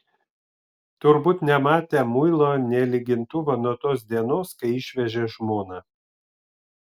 turbūt nematę muilo nė lygintuvo nuo tos dienos kai išvežė žmoną